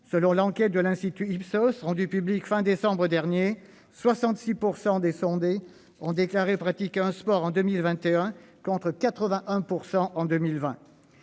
selon l'enquête de l'institut Ipsos, rendue publique à la fin du mois de décembre dernier, 66 % des sondés ont déclaré pratiquer un sport en 2021, contre 81 % en 2020.